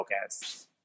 focus